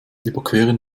überqueren